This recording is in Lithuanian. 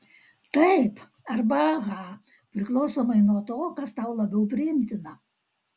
taip arba aha priklausomai nuo to kas tau labiau priimtina